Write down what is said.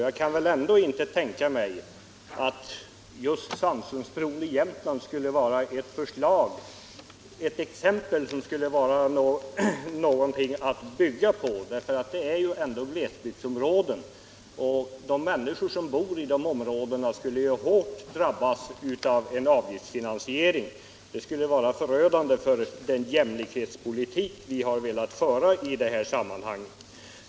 Jag kan ändå inte tänka mig att just det exemplet skulle vara någonting att bygga på. Här gäller det ju glesbygdsområden, och de människor som bor där skulle hårt drabbas av en avgiftsfinansiering. Det skulle vara förödande för den jämlikhetspolitik vi har velat föra också i det här sammanhanget.